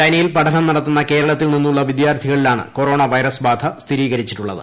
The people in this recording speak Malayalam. ചൈനയിൽ പ്പെട്നം നടത്തുന്ന കേരളത്തിൽ നിന്നുള്ള വിദ്യാർത്ഥികളിലാണ് കൊറോണ വൈറസ് ബാന സ്ഥിരീകരിച്ചിട്ടുള്ളത്